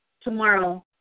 tomorrow